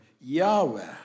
Yahweh